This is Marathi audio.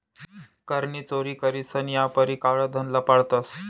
कर नी चोरी करीसन यापारी काळं धन लपाडतंस